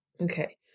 Okay